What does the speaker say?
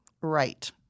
right